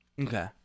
Okay